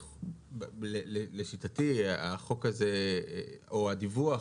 לשיטתי החוק הזה או הדיווח,